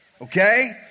Okay